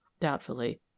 doubtfully